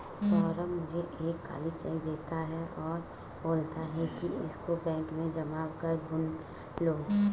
सौरभ मुझे एक खाली चेक देता है और बोलता है कि इसको बैंक में जा कर भुना लो